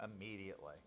immediately